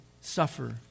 suffer